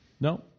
No